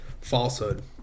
falsehood